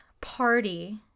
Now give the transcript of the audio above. party